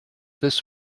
this